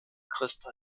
christa